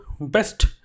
best